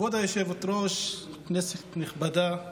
כבוד היושבת-ראש, כנסת נכבדה,